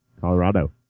Colorado